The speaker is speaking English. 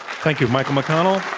thank you, michael mcconnell.